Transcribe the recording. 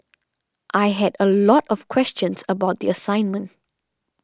I had a lot of questions about the assignment